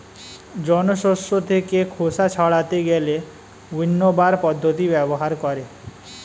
জন শস্য থেকে খোসা ছাড়াতে গেলে উইন্নবার পদ্ধতি ব্যবহার করে